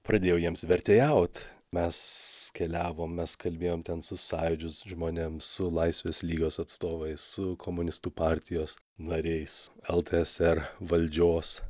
pradėjau jiems vertėjaut mes keliavom mes kalbėjom ten su sąjūdžiu su žmonėm su laisvės lygos atstovais komunistų partijos nariais ltsr valdžios